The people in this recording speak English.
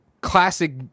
classic